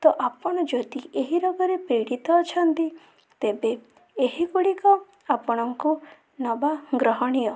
ତ ଆପଣ ଯଦି ଏହି ରୋଗରେ ପୀଡ଼ିତ ଅଛନ୍ତି ତେବେ ଏହି ଗୁଡ଼ିକ ଆପଣଙ୍କୁ ନେବା ଗ୍ରହଣୀୟ